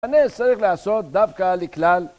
אני אצטרך לעשות דווקא לכלל